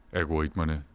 algoritmerne